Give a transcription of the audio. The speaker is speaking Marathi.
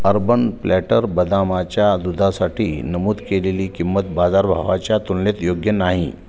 अर्बन प्लॅटर बदामाच्या दुधासाठी नमूद केलेली किंमत बाजारभावाच्या तुलनेत योग्य नाही